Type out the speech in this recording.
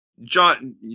John